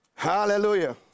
Hallelujah